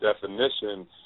definition